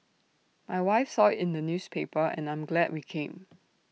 my wife saw in the newspaper and I'm glad we came